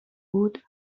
بود